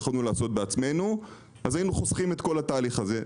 יכולנו לעשות בעצמנו אז היינו חוסכים את התהליך הזה.